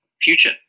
future